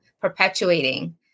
perpetuating